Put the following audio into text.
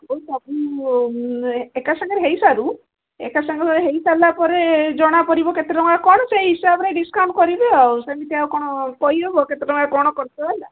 ହଉ ଆପଣ ଏକା ସାଙ୍ଗରେ ହୋଇସାରୁ ଏକା ସାଙ୍ଗରେ ହୋଇସାରିଲା ପରେ ଜଣାପଡ଼ିବ କେତେ ଟଙ୍କା କ'ଣ ସେଇ ହିସାବରେ ଡିସକାଉଣ୍ଟ କରିବେ ଆଉ ସେମିତି ଆଉ କ'ଣ କହିହେବ କେତେ ଟଙ୍କା କ'ଣ ଖର୍ଚ୍ଚ ହେଲା